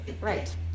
Right